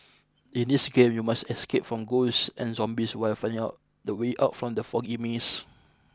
in this game you must escape from ghosts and zombies while finding out the way out from the foggy maze